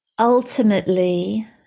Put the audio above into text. Ultimately